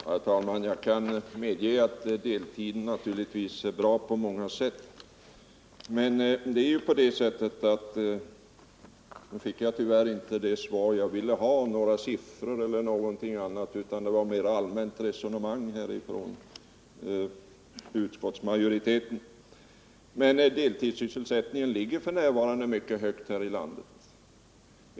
Herr talman! Jag medger att deltid naturligtvis är bra på många sätt. Av företrädarna för utskottsmajoriteten fick jag tyvärr inte det svar jag ville ha med siffror och liknande utan mera ett allmänt resonemang. Men jag kan ändå säga att deltidssysselsättningen här i landet för närvarande ligger mycket högt.